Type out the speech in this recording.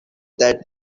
that